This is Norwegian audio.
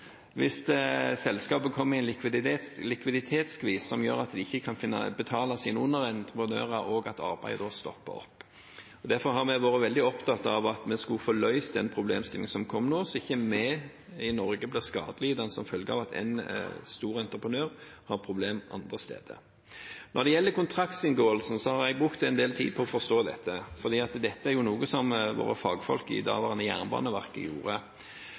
Det hjelper likevel ikke hvis selskapet kommer i en likviditetsskvis som gjør at de ikke kan betale sine underentreprenører, og arbeidet stopper opp. Derfor har vi vært veldig opptatt av at vi skulle få løst den problemstillingen som kom nå, slik at ikke vi her i Norge blir skadelidende som følge av at en stor entreprenør har problemer andre steder. Når det gjelder kontraktsinngåelsen, har jeg brukt en del tid på å forstå dette, for dette er noe som våre fagfolk i det daværende Jernbaneverket gjorde.